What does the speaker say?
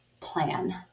plan